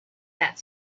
that